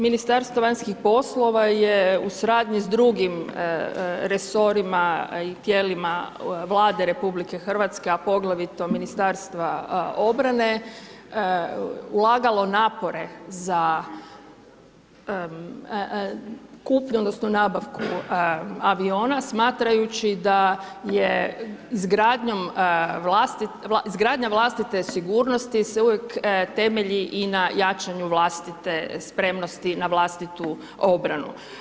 Ministarstvo vanjskih poslova u suradnji s drugim resorima i tijelima Vlade RH a poglavito Ministarstva obrane, ulagalo napore za kupnju odnosno nabavku aviona smatrajući da je izgradnja vlastite sigurnosti se uvijek temelji i na jačanju vlastite spremnosti na vlastitu obranu.